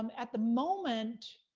um at the moment,